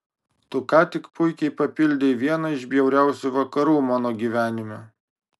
tu ką tik puikiai papildei vieną iš bjauriausių vakarų mano gyvenime